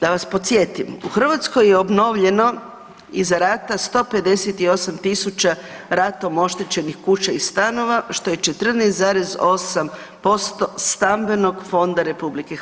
Da vas podsjetim, u Hrvatskoj je obnovljeno iza rata 158.000 ratom oštećenih kuća i stanova, što je 14,8% Stambenog fonda RH.